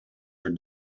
are